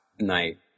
night